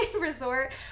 Resort